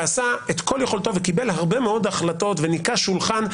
הוא עשה את כל יכולתו וקיבל הרבה מאוד החלטות טובות וניקה שולחן.